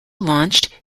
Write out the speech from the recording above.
launched